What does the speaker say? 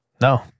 No